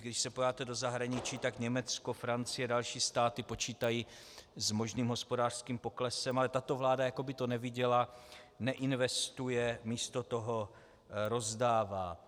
Když se podíváte do zahraničí, tak Německo, Francie a další státy počítají s možným hospodářským poklesem, ale tato vláda jako by to neviděla, neinvestuje, místo toho rozdává.